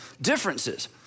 differences